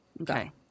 okay